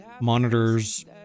monitors